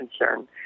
concern